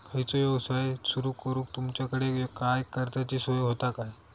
खयचो यवसाय सुरू करूक तुमच्याकडे काय कर्जाची सोय होता काय?